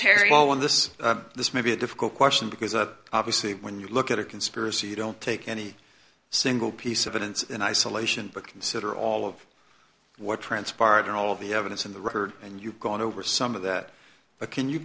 well when this is this may be a difficult question because a obviously when you look at a conspiracy you don't take any single piece of evidence in isolation but consider all of what transpired and all the evidence in the record and you've gone over some of that but can you